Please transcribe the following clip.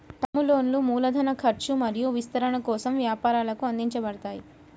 term లోన్లు మూలధన ఖర్చు మరియు విస్తరణ కోసం వ్యాపారాలకు అందించబడతాయి